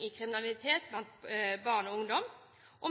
i kriminalitet blant barn og unge.